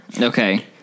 okay